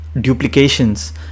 duplications